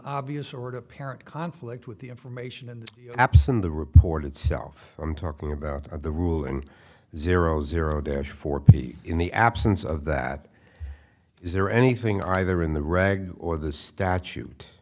obvious sort of apparent conflict with the information in the absent the report itself i'm talking about of the rule and zero zero dash for peace in the absence of that is there anything either in the rag or the statute